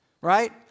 right